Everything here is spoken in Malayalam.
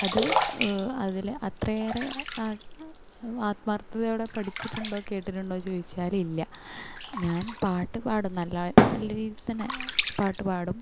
അത് അതിൽ അത്രയേറെ ആ ആത്മാർത്ഥതയോടെ പഠിച്ചിട്ടുണ്ടോ കേട്ടിട്ടുണ്ടോ എന്ന് ചോദിച്ചാൽ ഇല്ല ഞാൻ പാട്ട് പാടും നല്ല നല്ല രീതിയിൽ തന്നെ പാട്ട് പാടും